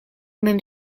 mem